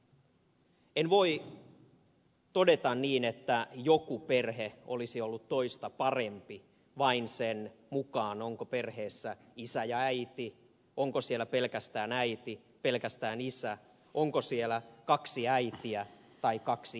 en voi todeta niin että joku perhe olisi ollut toista parempi vain sen mukaan onko perheessä isä ja äiti onko siellä pelkästään äiti pelkästään isä onko siellä kaksi äitiä tai kaksi isää